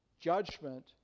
Judgment